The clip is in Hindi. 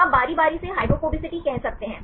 तो आप बारी बारी से हाइड्रोफोबिसिटी कह सकते हैं